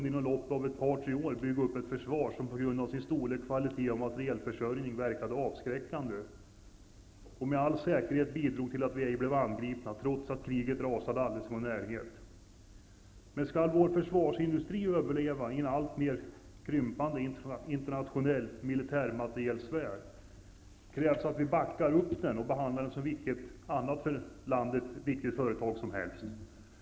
Inom loppet av ett par tre år kunde vi emellertid bygga upp ett försvar som på grund av sin storlek, kvalitet och materielförsörjning verkade avskräckande, vilket med all säkerhet bidrog till att vi ej blev angripna trots att kriget rasade alldeles i vår närhet. Om vår försvarsindustri skall kunna överleva i en alltmer krympande internationell militärmaterielsfär, krävs det att vi backar upp den och att vi behandlar den som vilket annat för landet viktigt företag som helst.